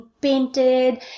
painted